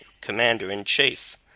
commander-in-chief